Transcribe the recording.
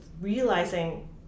realizing